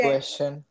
Question